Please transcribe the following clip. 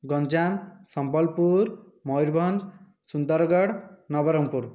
Ganjam Sambalpur Mayurbhanj Sundargarh Nabarangpur